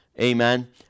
Amen